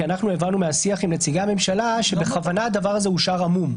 כי אנחנו הבנו מהשיח עם נציגי הממשלה שבכוונה הדבר הזה הושאר עמום.